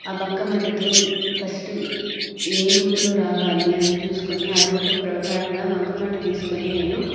ఆ బంకమట్టితో ఫస్ట్ ఏ రూపులో రావాలి అని చూసుకొని ఆ రూపు ప్ర పరంగా బంక మట్టి తీసుకొని నేను